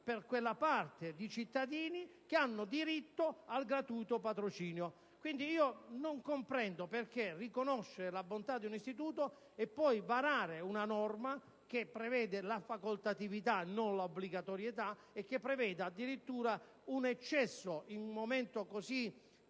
per quella parte di cittadini che hanno diritto al gratuito patrocinio. In conclusione, non comprendo perché riconoscere la bontà di un istituto e poi varare una norma che ne prevede la facoltatività e non l'obbligatorietà e addirittura prefigura un eccesso. In un momento così